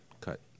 cut